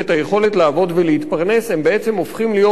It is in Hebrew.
הם בעצם הופכים להיות נטל על המשפחה.